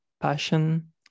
passion